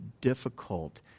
difficult